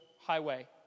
highway